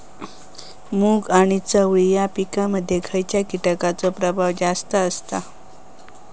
मूग आणि चवळी या पिकांमध्ये खैयच्या कीटकांचो प्रभाव जास्त असता?